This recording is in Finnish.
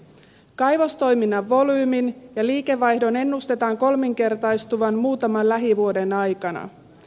kaivostoiminnan volyymin ja liikevaihdon ennustetaan kolminkertaistuvan muutaman lähivuoden aikana